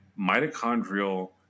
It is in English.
mitochondrial